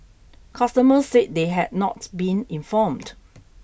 customers said they had not been informed